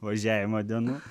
važiavimo dienų